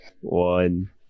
one